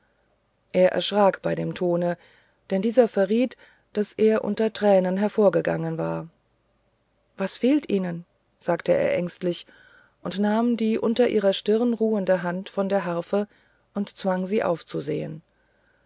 er erschrak bei dem tone denn dieser verriet daß er unter tränen hervorgegangen sei was fehlt ihnen sagte er ängstlich und nahm die unter ihrer stirn ruhende hand von der harfe und zwang sie aufzusehen